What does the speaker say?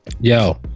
yo